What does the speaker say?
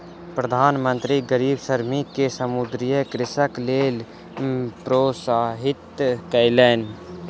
प्रधान मंत्री गरीब श्रमिक के समुद्रीय कृषिक लेल प्रोत्साहित कयलैन